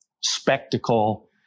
spectacle